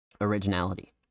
originality